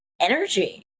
energy